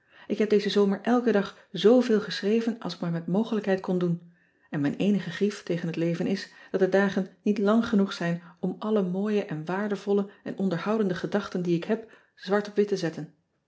k heb dezen zomer ean ebster adertje angbeen elken dag zooveel geschreven als ik maar met mogelijkheid kon doen en mijn eenige grief tegen het leven is dat de dagen niet lang genoeg zijn om alle mooie en waardevolle en onderhoudende gedachten die ik heb zwart op wit te zetten